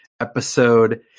episode